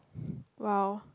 !wow!